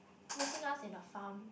putting us in a farm